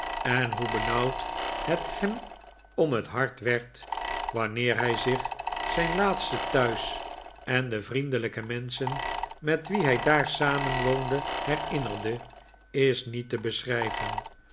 en hoe benauwd het hem om het hart werd wanneer hij zich zijn laatste thuis en de vriendelijke menschen met wie hij daar samenwoonde herinnerde is niet te beschrijven